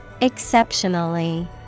exceptionally